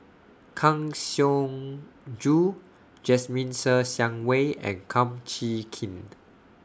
Kang Siong Joo Jasmine Ser Xiang Wei and Kum Chee Kin